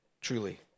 truly